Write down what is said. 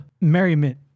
merriment